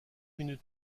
minutes